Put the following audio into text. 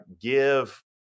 give